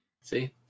See